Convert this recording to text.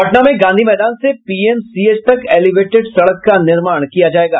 पटना में गांधी मैदान से पीएमसीएच तक एलिवेटेड सड़क का निर्माण किया जायेगा